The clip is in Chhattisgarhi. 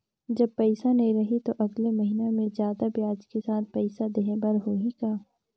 जब पइसा नहीं रही तो अगले महीना मे जादा ब्याज के साथ पइसा देहे बर होहि का?